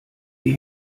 die